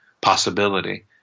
possibility